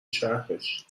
شهرش